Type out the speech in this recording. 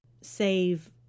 save